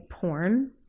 porn